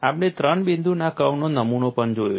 આપણે ત્રણ બિંદુના કર્વનો નમૂનો પણ જોયો છે